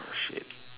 shit